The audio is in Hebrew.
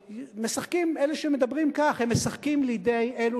אלה שמדברים כך הם משחקים לידי אלו